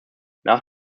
nach